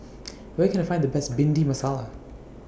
Where Can I Find The Best Bhindi Masala